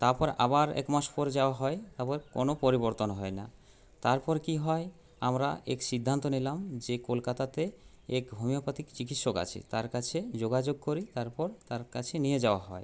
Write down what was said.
তারপর আবার এক মাস পর যাওয়া হয় কোনো পরিবর্তন হয় না তারপর কী হয় আমরা এক সিদ্ধান্ত নিলাম যে কলকাতাতে এক হোমিওপ্যাথিক চিকিৎসক আছে তার কাছে যোগাযোগ করি তারপর তার কাছে নিয়ে যাওয়া হয়